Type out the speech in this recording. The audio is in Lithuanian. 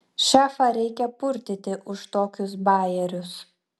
šefą reikia purtyti už tokius bajerius